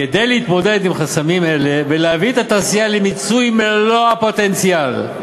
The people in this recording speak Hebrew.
כדי להתמודד עם חסמים אלה ולהביא את התעשייה למיצוי מלוא הפוטנציאל,